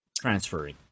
transferring